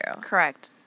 Correct